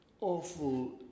awful